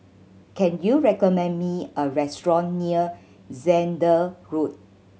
can you recommend me a restaurant near Zehnder Road